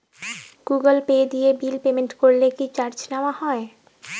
Google Pay দিয়ে bill payment করলে কি চার্জ নেওয়া হয়?